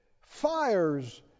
fires